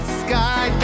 sky